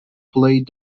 played